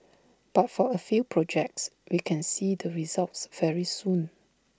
but for A few projects we can see the results very soon